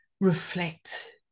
reflect